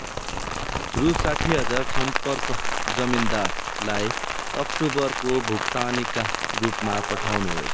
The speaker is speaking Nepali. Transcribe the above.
रु साठी हजार सम्पर्क जमिनदारलाई अक्टोबरको भुक्तानीका रूपमा पठाउनुहोस्